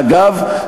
ואגב,